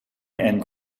and